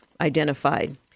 identified